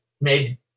made